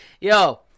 Yo